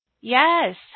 Yes